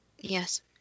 Yes